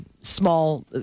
Small